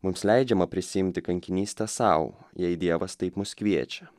mums leidžiama prisiimti kankinystę sau jei dievas taip mus kviečia